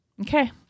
Okay